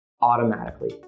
automatically